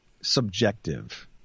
subjective